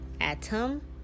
Atom